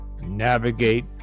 navigate